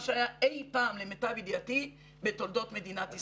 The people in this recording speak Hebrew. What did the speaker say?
שהיה אי פעם למיטב ידיעתי בתולדות מדינת ישראל.